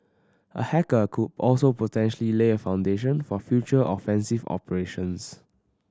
a hacker could also potentially lay a foundation for future offensive operations